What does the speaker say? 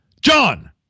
John